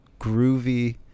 groovy